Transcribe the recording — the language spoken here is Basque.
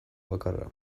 bakarra